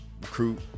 Recruit